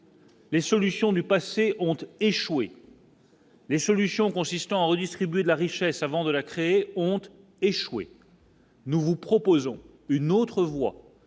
Les solutions du passé ont eux échoué. Les solutions consistant à redistribuer de la richesse avant de la créer ont échoué. Nous vous proposons une autre voie.